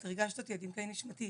את ריגשת אותי עד עמקי נשמתי,